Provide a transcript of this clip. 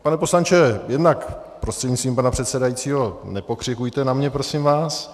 Pane poslanče, jednak, prostřednictvím pana předsedajícího, nepokřikujte na mě, prosím vás.